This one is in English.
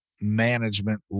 management